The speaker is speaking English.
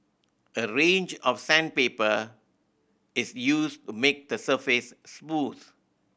a range of sandpaper is used to make the surface smooth